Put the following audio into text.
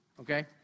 okay